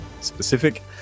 specific